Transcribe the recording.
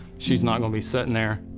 she's not gonna be sitting there.